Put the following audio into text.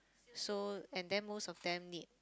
so and then most of them need